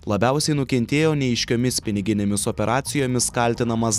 labiausiai nukentėjo neaiškiomis piniginėmis operacijomis kaltinamas